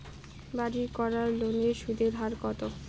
বাড়ির করার লোনের সুদের হার কত?